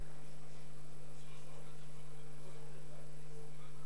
כל הצבעה.